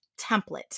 template